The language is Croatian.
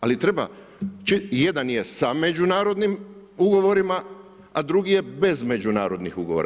Ali treba, jedan je sa međunarodnim ugovorima, a drugi je bez međunarodnih ugovora.